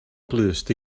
glust